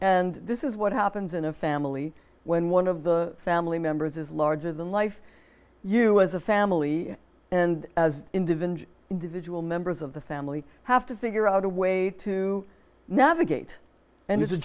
and this is what happens in a family when one of the family members is larger than life you as a family and as individual individual members of the family have to figure out a way to navigate and is